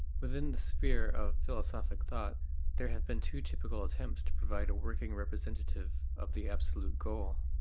within the sphere of philosophic thought there have been two typical attempts to provide a working representative of the absolute goal.